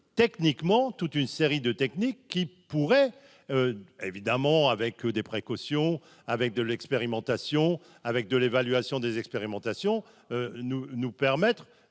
techniquement toute une série de techniques qui pourrait évidemment avec des précautions avec de l'expérimentation avec de l'évaluation des expérimentations, nous nous permettre